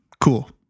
Cool